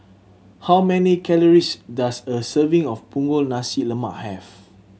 how many calories does a serving of Punggol Nasi Lemak have